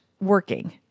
working